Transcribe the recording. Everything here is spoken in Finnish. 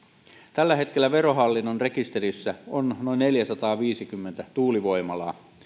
tällä hetkellä verohallinnon rekisterissä on noin neljäsataaviisikymmentä tuulivoimalaa